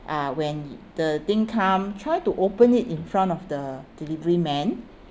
uh when the thing come try to open it in front of the delivery man